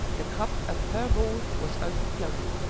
the cup of her wrath was overflowing,